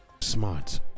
smart